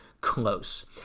close